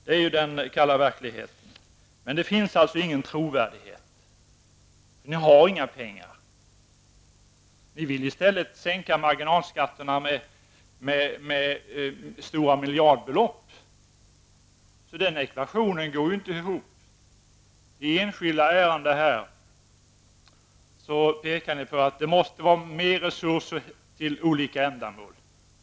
Det är den kalla verkligheten. Det finns alltså ingen trovärdighet i ert agerande -- ni har inga pengar. Ni vill ju sänka marginalskatterna med miljardbelopp, så den ekvationen går inte ihop. I det här enskilda ärendet pekar ni på att det måste till mer resurser till olika ändamål.